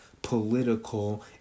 political